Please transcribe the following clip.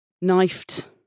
knifed